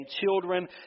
children